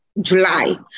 july